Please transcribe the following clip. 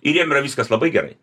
ir jiem yra viskas labai gerai